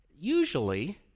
Usually